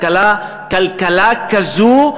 לכלכלה כזו,